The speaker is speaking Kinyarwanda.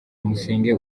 musenge